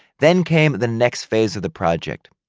then came the next phase of the project,